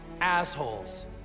assholes